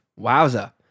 Wowza